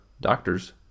Doctors